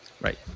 right